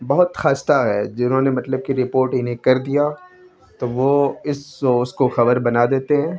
بہت خستہ ہے جنہوں نے مطلب کہ رپورٹ انہیں کر دیا تو وہ اس اس کو خبر بنا دیتے ہیں